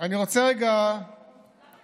רוצה רגע להתייחס